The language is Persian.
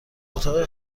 اتاق